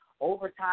overtime